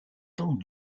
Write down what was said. tant